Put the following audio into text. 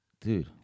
dude